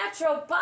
natural